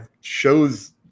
shows